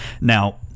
Now